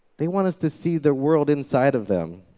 they want us to see their world inside of them.